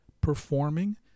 performing